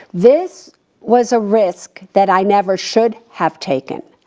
this was a risk that i never should have taken.